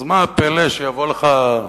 אז מה הפלא שיבוא לך,